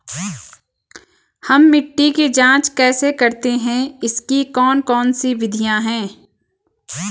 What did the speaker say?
हम मिट्टी की जांच कैसे करते हैं इसकी कौन कौन सी विधियाँ है?